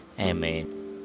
amen